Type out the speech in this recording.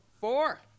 Four